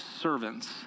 servants